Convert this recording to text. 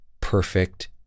perfect